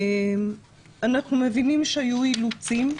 אנחנו מבינים שהיו אילוצים,